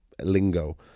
lingo